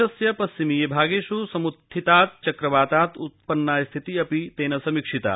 देशस्य पश्चिमीय भागेष् सम्त्थितात् चक्रवातात् उत्पन्ना स्थितिः अपि तेन समीक्षिता